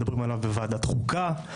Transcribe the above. מדברים עליו בוועדת חוקה,